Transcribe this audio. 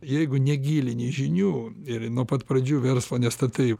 jeigu negilini žinių ir nuo pat pradžių verslo nestatai